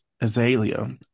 Azalea